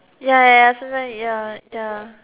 ya ya ya sometimes ya ya